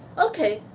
okay.